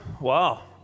Wow